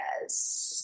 yes